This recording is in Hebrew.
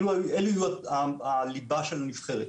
אלו היו הליבה של הנבחרת.